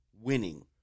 winning